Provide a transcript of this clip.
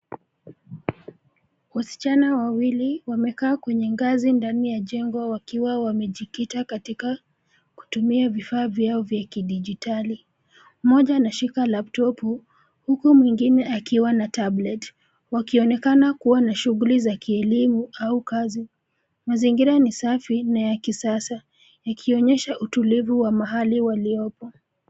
Wasichana wawili wamekaa kwenye ngazi, ndani ya jengo wakiwa wamejikita katika kutumia vifaa vyao vya kidijitali. Mmoja anashika laptopu , huku mwingine akiwa na tablet , wakionekana kuwa na shughuli za kielimu au kazi. Mazingira ni safi na ya kisasa, ikionyesha utulivu wa mahali waliopo.